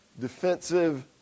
defensive